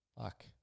fuck